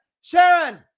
Sharon